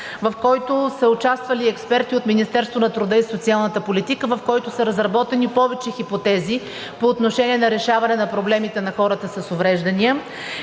в който са участвали експерти от Министерството на труда и социалната политика, в който са разработени повече хипотези по отношение на решаване на проблемите на хората с увреждания,